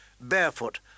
barefoot